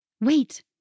Wait